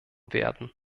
werden